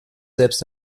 selbst